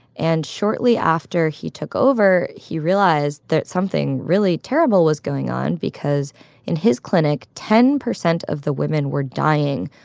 and shortly after after he took over, he realized that something really terrible was going on because in his clinic, ten percent of the women were dying,